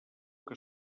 que